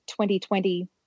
2020